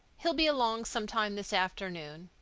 he'll be along sometime this afternoon.